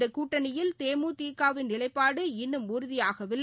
இந்தக் கூட்டணியில் தேமுதிகவின் நிலைப்பாடு இன்னும் உறுதியாகவில்லை